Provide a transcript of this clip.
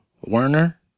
Werner